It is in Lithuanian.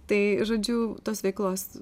tai žodžiu tos veiklos